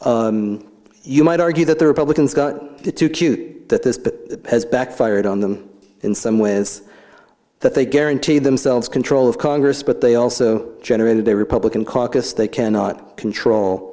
s you might argue that the republicans got too cute that this put has backfired on them in some ways that they guaranteed themselves control of congress but they also generated a republican caucus they cannot control